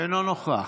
אינו נוכח,